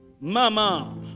Mama